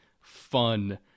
fun